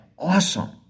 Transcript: Awesome